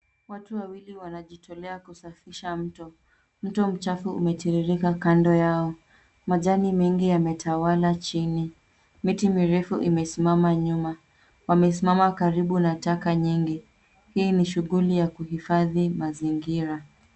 Watu wawili wanajitolea kusafisha mto. Mto mchafu umetiririka kando yao, majani mengi yametawala chini, miti mirefu imesimama nyuma, wamesimama karibu na taka nyingi. Hii ni shughuli ya kuhifadhi mazingira.